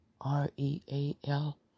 R-E-A-L